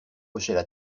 hochaient